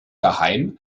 daheim